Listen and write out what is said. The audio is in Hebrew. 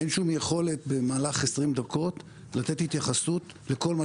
אין שום יכולת במהלך 20 דקות לתת התייחסות לכל מה